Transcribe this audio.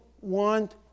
want